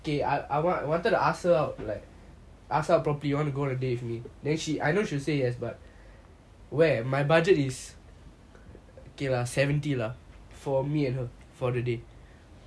okay I I wanted to ask her out like ask her properly want to go on a date with me then she I know she will say yes but where my budget is K K lah seventy lah for me and her for the day